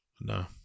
No